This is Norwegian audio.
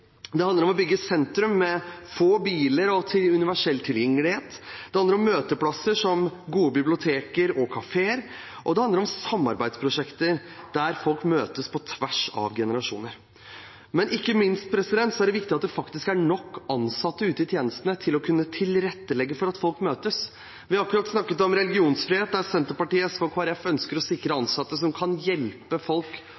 Det handler om å bygge sentrum med få biler og universell tilgjengelighet. Det handler om møteplasser som gode biblioteker og kafeer, og det handler om samarbeidsprosjekter der folk møtes på tvers av generasjoner. Men ikke minst er det viktig at det faktisk er nok ansatte ute i tjenestene til å kunne tilrettelegge for at folk møtes. Vi har akkurat snakket om religionsfrihet, der Senterpartiet, SV og Kristelig Folkeparti ønsker å sikre